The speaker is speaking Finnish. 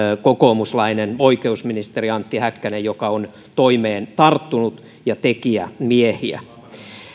kokoomuslainen oikeusministeri antti häkkänen joka on toimeen tarttunut ja tekijämiehiä